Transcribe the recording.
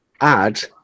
add